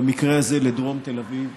במקרה הזה לדרום תל אביב,